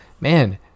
man